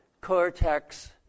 cortex